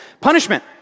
Punishment